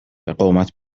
قومت